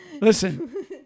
listen